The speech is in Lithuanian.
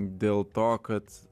dėl to kad